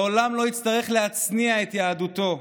לעולם לא יצטרך להצניע את יהדותו.